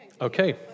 Okay